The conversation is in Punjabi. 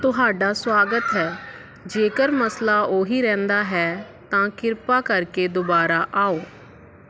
ਤੁਹਾਡਾ ਸਵਾਗਤ ਹੈ ਜੇਕਰ ਮਸਲਾ ਉਹੀ ਰਹਿੰਦਾ ਹੈ ਤਾਂ ਕਿਰਪਾ ਕਰਕੇ ਦੁਬਾਰਾ ਆਓ